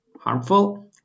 Harmful